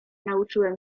nauczyłem